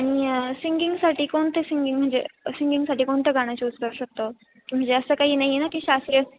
मी सिंगिंगसाठी कोणते सिंगिंग म्हणजे सिंगिंगसाठी कोणतं गाणं चूज करू शकतो म्हणजे असं काही नाही आहे ना की शास्त्रीय